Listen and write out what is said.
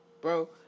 Bro